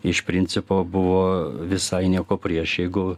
iš principo buvo visai nieko prieš jeigu